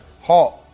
HALT